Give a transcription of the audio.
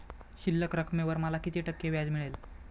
शिल्लक रकमेवर मला किती टक्के व्याज मिळेल?